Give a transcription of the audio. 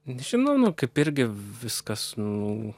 nežinau nu kaip irgi viskas nu